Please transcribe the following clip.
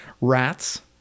Rats